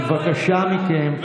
בבקשה מכם,